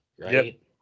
right